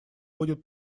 будет